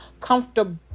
comfortable